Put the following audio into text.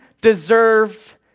deserve